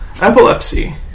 Epilepsy